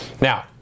Now